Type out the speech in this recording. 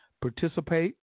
participate